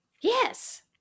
Yes